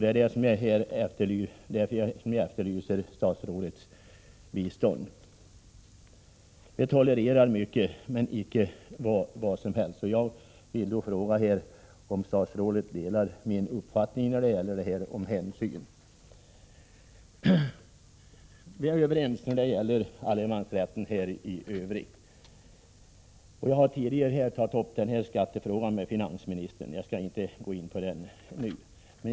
Det är här som jag efterlyser statsrådets bistånd. Jag liksom nordvärmlänningarna tolererar mycket men inte vad som helst. Och jag vill fråga om statsrådet delar min uppfattning beträffande hänsyn. Vi är överens när det gäller allemansrätten i övrigt. Jag har tidigare tagit upp skattefrågan med finansministern och skall inte gå in på den nu.